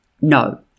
no